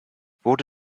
wurde